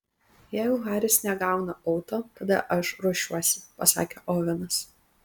jeigu haris negauna auto tada aš ruošiuosi pasakė ovenas